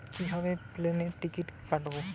কিভাবে প্লেনের টিকিট কাটব?